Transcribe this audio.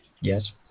Yes